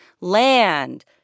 Land